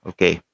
Okay